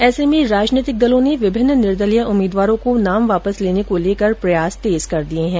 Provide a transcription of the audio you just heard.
ऐसे में राजनीतिक दलों ने विभिन्न निर्दलीय उम्मीदवारों को नाम वापस लेने को लेकर प्रयास तेज कर दिये हैं